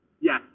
yes